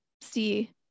see